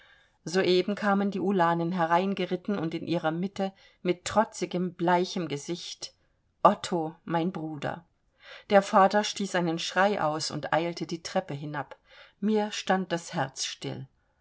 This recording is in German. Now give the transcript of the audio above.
soeben kamen die ulanen hereingeritten und in ihrer mitte mit trotzigem bleichem gesicht otto mein bruder der vater stieß einen schrei aus und eilte die treppe hinab mir stand das herz still